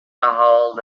ahold